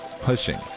pushing